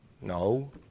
No